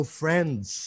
friends